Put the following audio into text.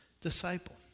disciple